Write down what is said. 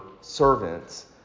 servants